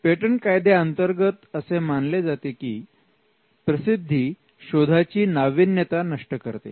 patent कायद्या अंतर्गत असे मानले जाते की प्रसिद्धी शोधाची नाविन्यता नष्ट करते